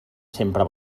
sempre